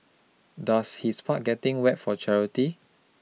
does his part getting wet for charity